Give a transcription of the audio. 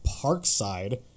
Parkside